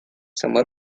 summer